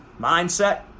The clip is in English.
Mindset